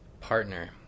partner